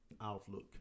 outlook